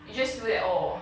you just feel that oh